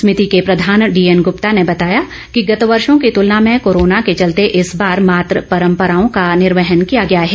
समिति के प्रधान डीएनगुप्ता ने बताया कि गत वर्षों की तुलना में कोरोना के चलते इसे बार मात्र परंपराओं का निर्वहन किया गया है